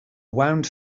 wound